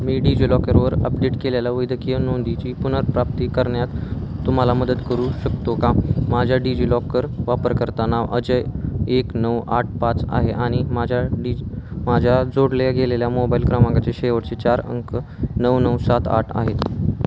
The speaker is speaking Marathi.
मी डिजिलॉकरवर अपडेट केलेला वैद्यकीय नोंदीची पुनर्प्राप्ती करण्यात तुम्हाला मदत करू शकतो का माझ्या डिजिलॉकर वापरकर्ता नाव अजय एक नऊ आठ पाच आहे आणि माझ्या डिज माझ्या जोडल्या गेलेल्या मोबाईल क्रमांकाचे शेवटचे चार अंक नऊ नऊ सात आठ आहेत